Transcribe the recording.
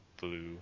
blue